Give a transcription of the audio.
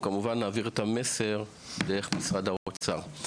כמובן נעביר את המסר דרך משרד האוצר.